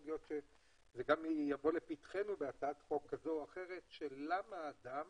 יכול להיות שזה יבוא לפתחנו בהצעת חוק כזו או אחרת של למה אדם